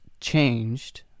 changed